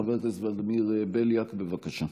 חבר הכנסת ולדימיר בליאק, בבקשה.